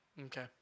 Okay